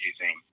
using